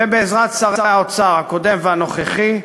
ובעזרת שרי האוצר, הקודם והנוכחי,